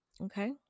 Okay